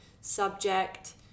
subject